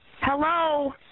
Hello